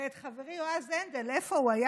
ואת חברי יועז הנדל, איפה הוא?